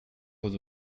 vos